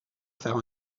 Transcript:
faire